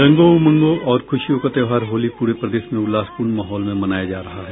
रंगों उमंगों और खुशियों का त्योहार होली पूरे प्रदेश में उल्लासपूर्ण माहौल में मनाया जा रहा है